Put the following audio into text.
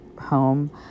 home